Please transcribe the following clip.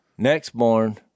Nextborn